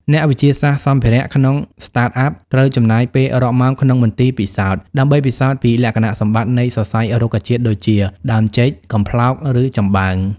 អ្នកវិទ្យាសាស្ត្រសម្ភារៈ ក្នុង Startup ត្រូវចំណាយពេលរាប់ម៉ោងក្នុងមន្ទីរពិសោធន៍ ដើម្បីពិសោធន៍ពីលក្ខណៈសម្បត្តិនៃសរសៃរុក្ខជាតិដូចជា ដើមចេក កំប្លោក ឬចំបើង។